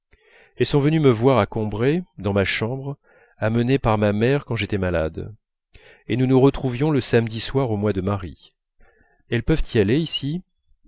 elles sont venues me voir à combray dans ma chambre amenées par ma mère quand j'étais malade et nous nous retrouvions le samedi soir au mois de marie elles peuvent y aller ici